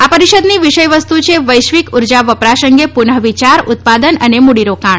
આ પરિષદની વિષય વસ્તુ છે વૈશ્વિક ઊર્જા વપરાશ અંગે પુનઃ વિચાર ઉત્પાદન અને મૂડીરોકાણ